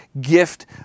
gift